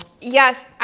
Yes